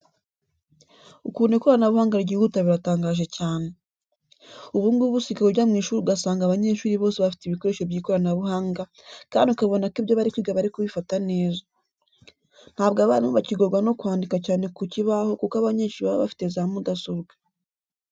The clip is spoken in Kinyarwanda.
Ukuntu ikoranabuhanga ryihuta biratangaje cyane. Ubu ngubu usigaye ujya mu ishuri ugasanga abanyeshuri bose bafite ibikoresho by'ikoranabuhanga kandi ukabona ko ibyo bari kwiga bari kubifata neza. Ntabwo abarimu bakigorwa no kwandika cyane ku bibaho kuko abanyeshuri baba bafite za mudasobwa.